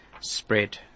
spread